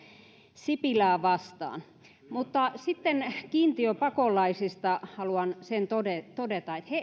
sipilää vastaan sitten kiintiöpakolaisista haluan sen todeta että he